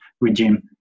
regime